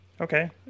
Okay